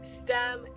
STEM